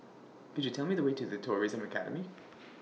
Could YOU Tell Me The Way to The Tourism Academy